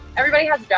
everybody